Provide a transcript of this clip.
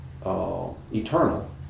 eternal